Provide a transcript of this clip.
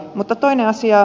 mutta toinen asia